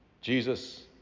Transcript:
Jesus